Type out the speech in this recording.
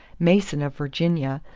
mason of virginia,